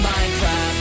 Minecraft